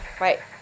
Right